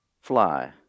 fly